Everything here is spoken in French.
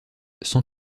sans